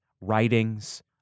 writings